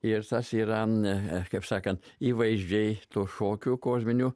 ir tas yra ne kaip sakant įvaizdžiai to šokio kosminiu